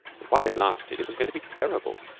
but while it lasted it was going to be terrible.